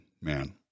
man